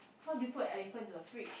how do you put elephant into a fridge